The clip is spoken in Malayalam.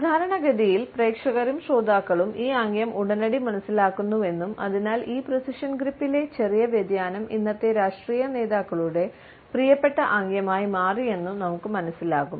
സാധാരണഗതിയിൽ പ്രേക്ഷകരും ശ്രോതാക്കളും ഈ ആംഗ്യം ഉടനടി മനസ്സിലാക്കുന്നുവെന്നും അതിനാൽ ഈ പ്രീസിഷൻ ഗ്രിപ്പിലെ ചെറിയ വ്യതിയാനം ഇന്നത്തെ രാഷ്ട്രീയ നേതാക്കളുടെ പ്രിയപ്പെട്ട ആംഗ്യമായി മാറിയെന്നും നമുക്ക് മനസ്സിലാകും